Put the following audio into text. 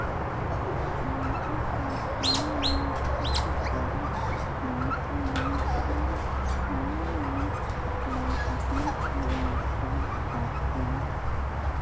आघु कर समे में कोसिस करें मइनसे मन कि काम मन ल अपनेच ले निपटाए धारतेन